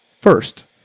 first